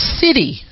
city